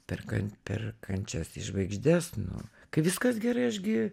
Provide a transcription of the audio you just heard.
per kan per kančias į žvaigždes nu kai viskas gerai aš gi